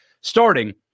starting